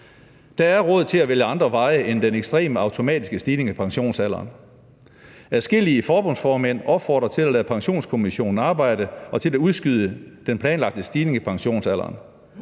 Der er råd til at vælge andre veje end den ekstreme, automatiske stigning i pensionsalderen. Adskillige forbundsformænd opfordrer til at lade Pensionskommissionen arbejde og til at udskyde den planlagte stigning i pensionsalderen.